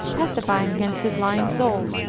testifying against his lying soul.